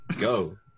go